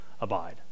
abide